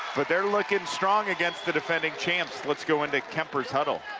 but they're looking strong against the defending champs. let's go into kuemper's huddle.